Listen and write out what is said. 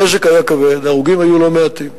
הנזק היה כבד, הרוגים היו לא מעטים,